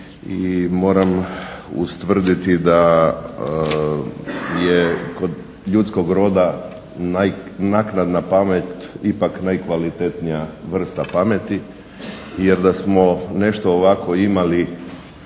moramo ustvrditi da je kod ljudskog roda naknadna pamet ipak najkvalitetnija vrsta pameti jer da samo ovako nešto imali